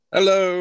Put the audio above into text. Hello